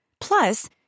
Plus